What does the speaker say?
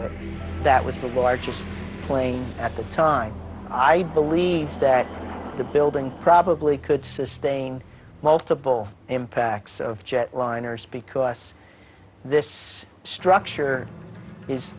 it that was the largest play at the time i believe that the building probably could sustain multiple impacts of jetliners speak to us this structure is